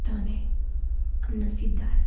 પોતાને આ નસીબદાર